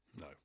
no